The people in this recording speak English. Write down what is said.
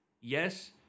yes